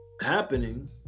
happening